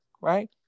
right